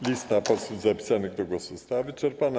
Lista posłów zapisanych do głosu została wyczerpana.